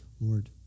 Lord